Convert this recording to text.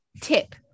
tip